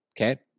Okay